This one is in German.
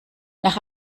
nach